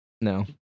No